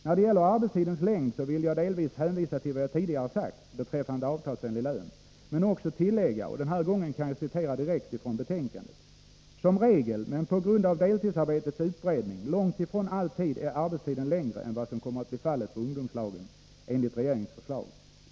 När det gäller arbetstidens längd vill jag dels hänvisa till vad jag tidigare sagt beträffande avtalsenlig lön m.m. men också tillägga, och jag citerar den här gången direkt från betänkandet: ”Som regel men på grund av deltidsarbetets utbredning långt ifrån alltid är arbetstiden längre än vad som kommer att bli fallet för ungdomslagens del enligt regeringens förslag.